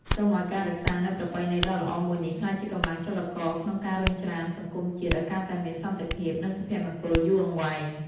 សូមឱ្យការរក្សានូវប្រពៃណីដ៏ល្អមួយនេះក្លាយជាកម្លាំងចលករក្នុងការរុញច្រានសង្គមជាតិឱ្យកាន់តែមានសន្តិភាព និងសុភមង្គលយូរអង្វែង។